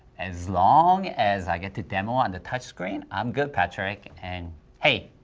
as long as i get to demo on the touchscreen, i'm good, patrick, and hey,